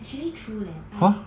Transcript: actually true leh I